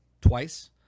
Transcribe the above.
twice